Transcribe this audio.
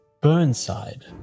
Burnside